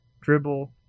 dribble